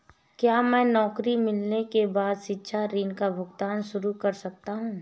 क्या मैं नौकरी मिलने के बाद शिक्षा ऋण का भुगतान शुरू कर सकता हूँ?